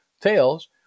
tails